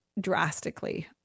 drastically